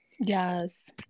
Yes